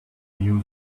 you